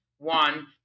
One